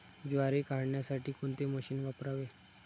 ज्वारी काढण्यासाठी कोणते मशीन वापरावे?